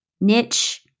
niche